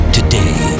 Today